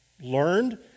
learned